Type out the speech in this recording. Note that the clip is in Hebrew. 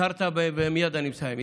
מייד אני מסיים.